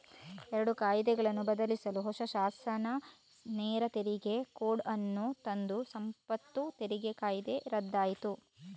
ಎರಡು ಕಾಯಿದೆಗಳನ್ನು ಬದಲಿಸಲು ಹೊಸ ಶಾಸನ ನೇರ ತೆರಿಗೆ ಕೋಡ್ ಅನ್ನು ತಂದು ಸಂಪತ್ತು ತೆರಿಗೆ ಕಾಯ್ದೆ ರದ್ದಾಯ್ತು